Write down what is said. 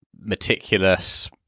meticulous –